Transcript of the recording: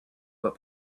foot